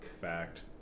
Fact